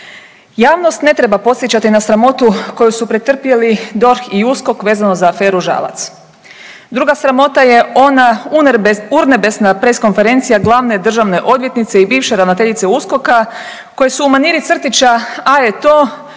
Javnost ne treba podsjećati na sramotu koju su pretrpjeli DORH i USKOK vezano za aferu Žalac. Druga sramota je ona urnebesna press konferencija glavne državne odvjetnice i bivše ravnateljice USKOK-a koje su u maniri crtića „A